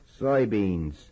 soybeans